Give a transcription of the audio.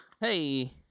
Hey